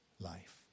life